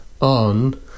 on